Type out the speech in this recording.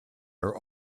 are